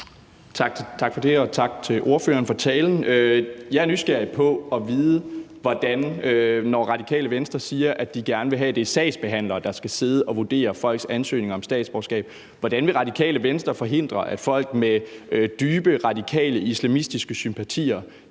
Tak for det, og tak til ordføreren for talen. Jeg er nysgerrig på at vide, hvordan Radikale Venstre, når de siger, at de gerne vil have, at det er sagsbehandlere, der skal sidde og vurdere folks ansøgninger om statsborgerskab, vil forhindre, at folk med dybe radikale islamistiske sympatier